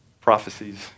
prophecies